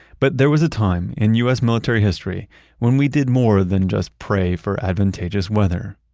but there was a time in u s. military history when we did more than just pray for advantageous weather.